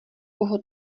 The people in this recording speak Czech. koho